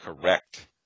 Correct